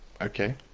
Okay